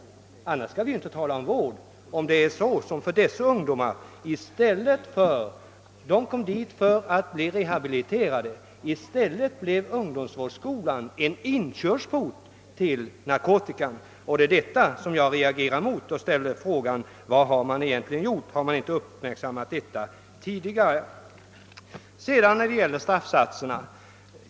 Annars skall vi inte tala om vård. Dessa ungdomar kom till ungdomsvårdsskolan för att bli rehabiliterade, men i stället blev ungdomsvårdsskolan inkörsporten till narkotikan, och det är detta jag reagerar mot. Det var därför jag frågade: Vad har man egentligen gjort? Varför har man inte uppmärksammat detta tidigare?